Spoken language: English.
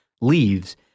leaves